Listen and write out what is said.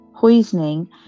poisoning